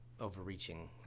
overreaching